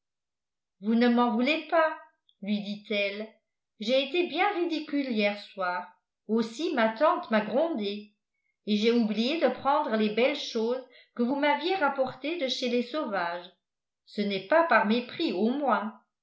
vous ne m'en voulez pas lui dit-elle j'ai été bien ridicule hier soir aussi ma tante m'a grondée et j'ai oublié de prendre les belles choses que vous m'aviez rapportées de chez les sauvages ce n'est pas par mépris au moins